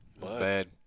Bad